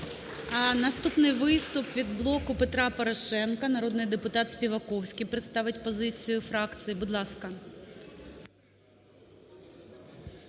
Наступний виступ від "Блоку Петра Порошенка". Народний депутат Співаковський представить позицію фракції. Будь ласка.